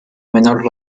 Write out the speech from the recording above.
menor